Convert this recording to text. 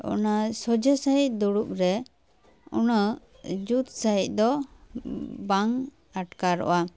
ᱚᱱᱟ ᱥᱚᱡᱷᱮ ᱥᱟᱺᱦᱤᱡ ᱫᱩᱲᱩᱵ ᱨᱮ ᱩᱱᱟᱹᱜ ᱡᱩᱛ ᱥᱟᱺᱦᱤᱡ ᱫᱚ ᱵᱟᱝ ᱟᱴᱠᱟᱨᱚᱜᱼᱟ